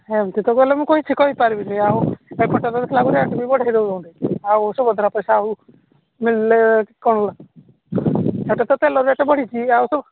ଏମିତି ତ କହିଲେ ମୁଁ କିଛିି କହିପାରିବିନି ଆଉ ଏପଟେ ରେଟ୍ ବି ବଢ଼େଇ ଦେଉଛନ୍ତି ଆଉ ସୁଭଦ୍ରା ପଇସା ଆଉ ମିଳିଲେ କ'ଣ ହେଲା ସେପଟେ ତ ତେଲ ରେଟ୍ ବଢ଼ିଛି ଆଉ ସବୁ